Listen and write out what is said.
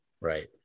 right